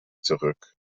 zurück